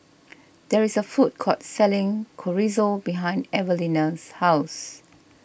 there is a food court selling Chorizo behind Evelina's house